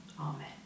Amen